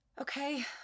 Okay